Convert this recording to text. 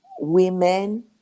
women